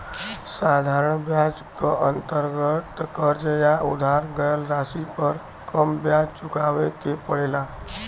साधारण ब्याज क अंतर्गत कर्ज या उधार गयल राशि पर कम ब्याज चुकावे के पड़ेला